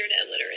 literate